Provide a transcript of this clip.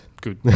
Good